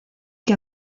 que